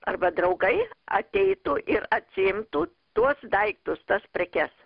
arba draugai ateitų ir atsiimtų tuos daiktus tas prekes